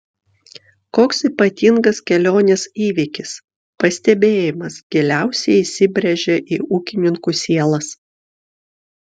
koks ypatingas kelionės įvykis pastebėjimas giliausiai įsibrėžė į ūkininkų sielas